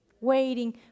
waiting